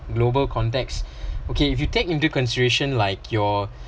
global context okay if you take into consideration like your